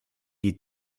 die